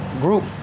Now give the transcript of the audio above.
group